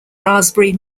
raspberry